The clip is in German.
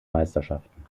meisterschaften